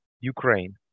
Ukraine